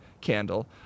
candle